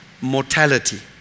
mortality